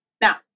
Now